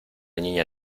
niña